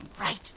Right